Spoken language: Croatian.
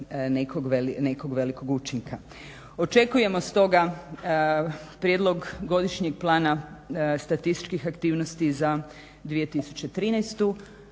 nekog velikog učinka. Očekujemo stoga prijedlog Godišnjeg plana statističkih aktivnosti za 2013.da